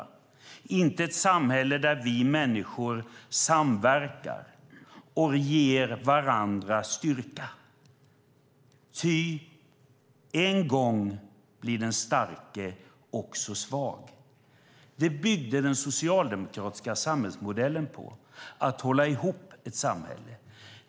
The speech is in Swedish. Det är inte ett samhälle där vi människor samverkar och ger varandra styrka. Ty en gång blir den starke också svag. Den socialdemokratiska samhällsmodellen byggde på att hålla ihop samhället.